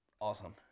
Awesome